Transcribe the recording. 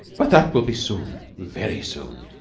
but that will be soon, very soon,